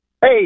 Hey